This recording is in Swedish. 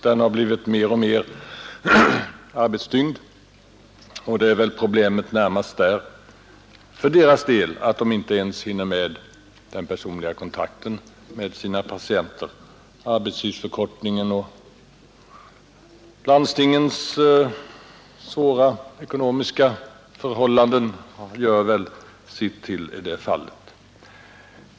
Den har blivit mer och mer arbetstyngd, och problemet för personalens del är väl att den inte ens hinner med den personliga kontakten med patienterna. Arbetstidsförkortningen och landstingens ansträngda ekonomiska förhållanden gör väl sitt till i det fallet.